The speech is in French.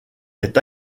est